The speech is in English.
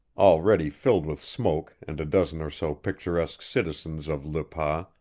already filled with smoke and a dozen or so picturesque citizens of le pas,